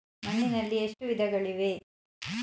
ಮಣ್ಣಿನಲ್ಲಿ ಎಷ್ಟು ವಿಧಗಳಿವೆ?